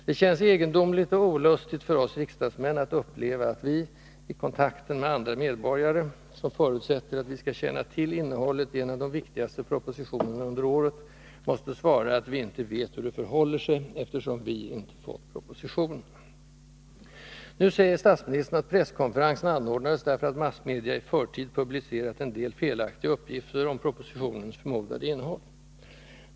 Det känns egendomligt och olustigt för oss riksdagsmän att uppleva att vi, i kontakten med andra medborgare, som förutsätter att vi skall känna till innehållet i en av de viktigaste propositionerna under året, måste svara att vi inte vet hur det förhåller sig eftersom vi inte fått propositionen. Nu säger statsministern att presskonferensen anordnades därför att massmedia i förtid publicerat en del felaktiga uppgifter om propositionens förmodade innehåll.